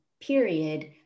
period